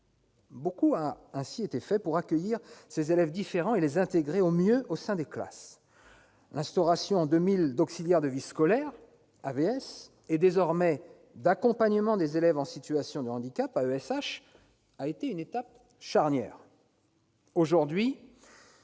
beaucoup pour accueillir ces élèves différents et pour les intégrer au mieux au sein des classes. L'instauration, en 2000, des auxiliaires de vie scolaire, AVS, désormais accompagnants des élèves en situation de handicap, AESH, a été une étape charnière. Aujourd'hui,